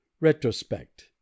Retrospect